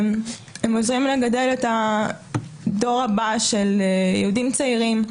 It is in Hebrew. הם עוזרים לגדל את הדור הבא של יהודים צעירים.